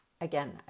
Again